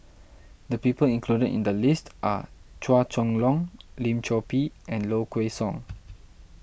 the people included in the list are Chua Chong Long Lim Chor Pee and Low Kway Song